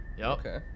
Okay